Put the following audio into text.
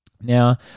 Now